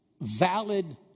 valid